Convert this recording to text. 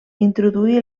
introduí